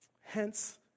Hence